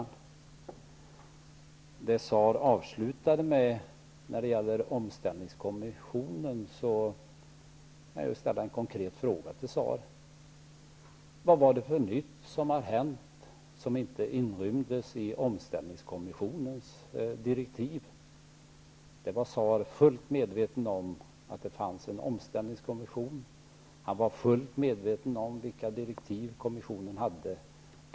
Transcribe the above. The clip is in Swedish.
Jag vill ställa en konkret fråga till Claus Zaar när det gäller omställningskommissionen. Vad nytt har hänt som inte inrymdes i omställningskommissionens direktiv? Claus Zaar var fullt medveten om att det fanns en omställningskommission och vilka direktiv kommissionen hade.